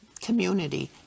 community